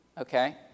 Okay